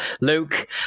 Luke